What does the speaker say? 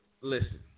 Listen